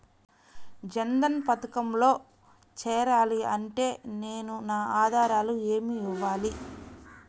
జన్ధన్ పథకంలో చేరాలి అంటే నేను నా ఆధారాలు ఏమి ఇవ్వాలి?